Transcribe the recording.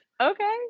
okay